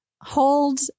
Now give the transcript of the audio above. Hold